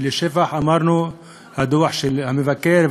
ולשבח אמרנו שהדוח של המבקר,